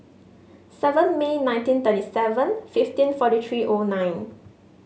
seven May nineteen thirty seven fifteen forty three O nine